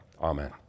Amen